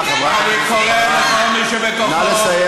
אני קורא לכל מי שבתוכו, תודה.